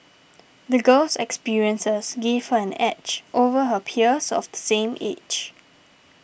the girl's experiences gave her an edge over her peers of the same age